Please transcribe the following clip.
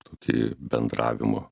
tokį bendravimo